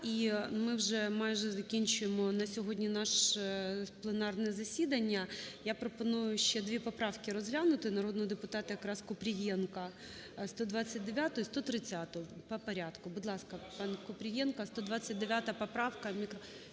І ми вже майже закінчуємо на сьогодні наше пленарне засідання. Я пропоную ще дві поправки розглянути народного депутата якразКупрієнка – 129-у і 130-у, по порядку. Будь ласка, панКупрієнко, 129 поправка…